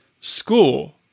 school